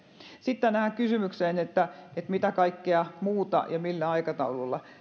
sitten tähän kysymykseen mitä kaikkea muuta ja millä aikataululla